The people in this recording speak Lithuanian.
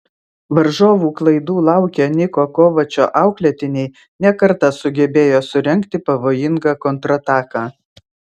varžovų klaidų laukę niko kovačo auklėtiniai ne kartą sugebėjo surengti pavojingą kontrataką